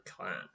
clan